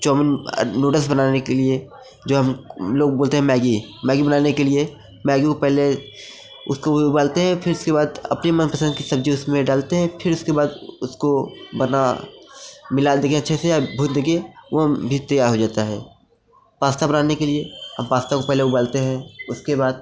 chowmein noodles बनाने के लिए जो हम लोग बोलते हैं मैगी मैगी बनाने के लिए मैगी को पहले उसको भी उबालते हैं फिर उसके बाद अपनी मनपसंद की सब्जी डालते हैं फिर इसके बाद उसको बना मिला लेते हैं अच्छे से या भुन देंगे वो भी तैयार हो जाता है पास्ता बनाने के लिए हम पास्ता को पहले उबालते हैं उसके बाद